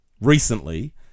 recently